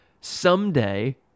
Someday